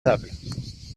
tables